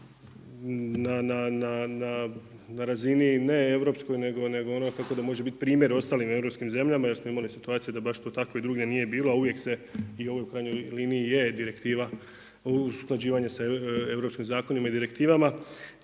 na razini ne europskoj nego ono kako da može biti primjer ostali europskim zemljama jer smo imali situacije da baš to tako i drugdje nije bilo a uvijek se i ovo u krajnjoj liniji i je direktiva o usklađivanju sa europskim zakonima i direktivama,